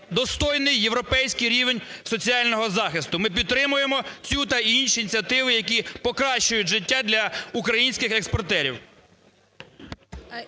достойний європейський рівень соціального захисту. Ми підтримуємо цю та інші ініціативи, які покращують життя для українських експортерів.